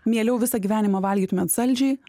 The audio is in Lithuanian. mieliau visą gyvenimą valgytumėt saldžiai